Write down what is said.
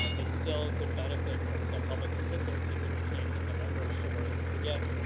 um but still could benefit from some public assistance because they can't get the numbers to work, again,